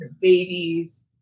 babies